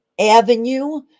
avenue